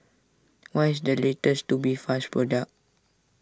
what is the latest Tubifast product